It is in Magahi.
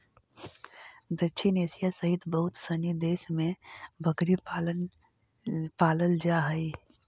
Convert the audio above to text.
दक्षिण एशिया सहित बहुत सनी देश में बकरी पालल जा हइ